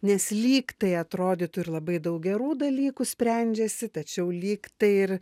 nes lygtai atrodytų ir labai daug gerų dalykų sprendžiasi tačiau lygtai ir